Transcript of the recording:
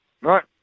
Right